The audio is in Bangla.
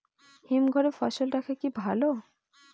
হিমঘরে ফসল রাখা কি ভালো?